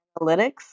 Analytics